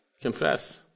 Confess